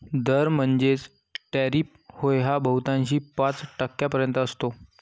दर म्हणजेच टॅरिफ होय हा बहुतांशी पाच टक्क्यांपर्यंत असतो